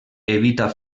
evita